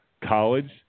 college